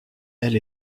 elle